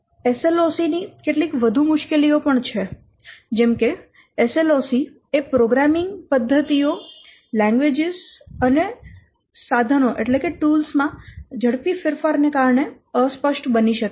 SLOC ની કેટલીક વધુ મુશ્કેલીઓ પણ છે જેમ કે SLOC એ પ્રોગ્રામિંગ પદ્ધતિઓ લેન્ગ્વેજીસ અને સાધનો માં ઝડપી ફેરફાર ને કારણે અસ્પષ્ટ બની શકે છે